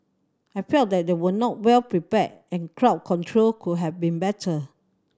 I felt that they were not well prepared and crowd control could have been better